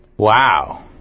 Wow